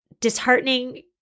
disheartening